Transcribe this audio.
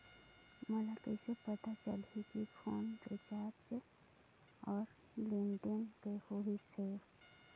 मोला कइसे पता चलही की फोन रिचार्ज और लेनदेन होइस हे?